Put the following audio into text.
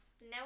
No